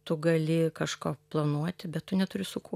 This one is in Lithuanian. tu gali kažko planuoti bet tu neturi su kuo